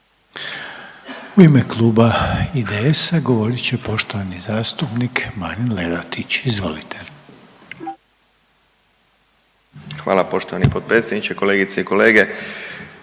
U ime Kluba IDS-a govorit će poštovani zastupnik Marin Lerotić. Izvolite. **Lerotić, Marin (IDS)** Hvala poštovani potpredsjedniče. Kolegice i kolege